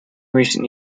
recent